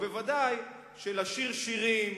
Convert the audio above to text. ודאי שלשיר שירים,